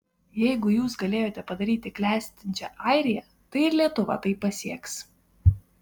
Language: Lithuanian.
jeigu jūs galėjote padaryti klestinčią airiją tai ir lietuva tai pasieks